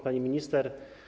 Pani Minister!